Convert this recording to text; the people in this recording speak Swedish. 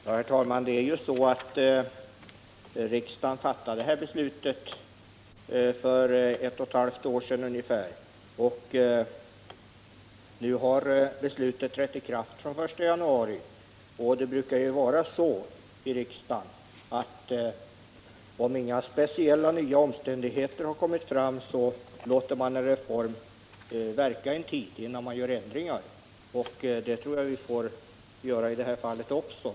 Herr talman! Riksdagen fattade beslutet om försäkringsrätterna för ungefär ett och ett halvt år sedan. Nu har beslutet trätt i kraft från den 1 januari. Det brukar vara så i riksdagen att om inga speciella nya omständigheter har kommit fram låter man en reform verka en tid innan man gör ändringar. Det tror jag att vi får göra i det här fallet också.